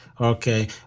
Okay